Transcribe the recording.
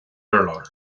urlár